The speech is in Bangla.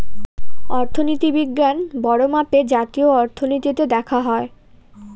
অর্থনীতি বিজ্ঞান বড়ো মাপে জাতীয় অর্থনীতিতে দেখা হয়